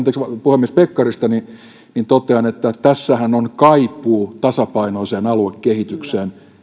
puhemies pekkarista niin niin totean että tässähän on kaipuu tasapainoiseen aluekehitykseen